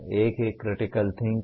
एक है critical thinking